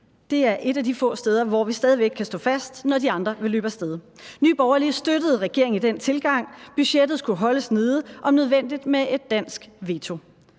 Det er et af de få steder, hvor vi stadig væk kan stå fast, når de andre vil løbe af sted. Nye Borgerlige støttede regeringen i den tilgang. Budgettet skulle holdes nede, om nødvendigt med et dansk veto.